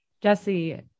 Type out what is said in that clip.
Jesse